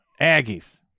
Aggies